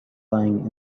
lying